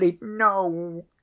no